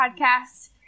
podcast